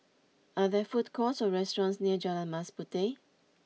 are there food courts or restaurants near Jalan Mas Puteh